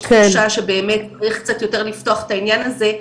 יש תחושה באמת שצריך קצת יותר לפתוח את העניין הזה,